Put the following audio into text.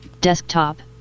Desktop